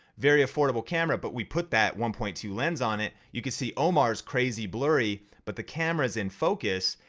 very affordable camera but we put that one point two lens on it. you can see omar's crazy blurry, but the cameras in focus,